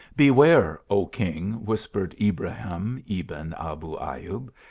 beware, o king, whispered ibrahim ebn abu ayub,